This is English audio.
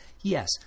Yes